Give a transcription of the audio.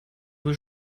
wohl